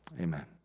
Amen